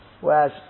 Whereas